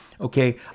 okay